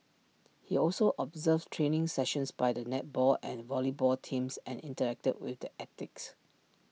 he also observed training sessions by the netball and volleyball teams and interacted with the athletes